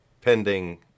pending